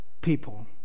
people